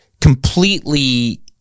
completely